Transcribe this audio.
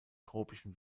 tropischen